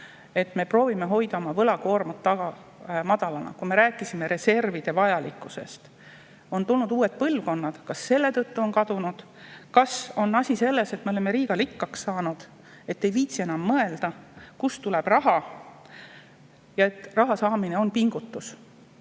et me proovime hoida oma võlakoormust madalana, kui me rääkisime reservide vajalikkusest. On tulnud uued põlvkonnad. Kas selle tõttu on see kõik kadunud? Kas asi on selles, et me oleme liiga rikkaks saanud, ei viitsi enam mõelda, kust tuleb raha ja et raha saamine on pingutus?